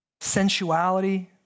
sensuality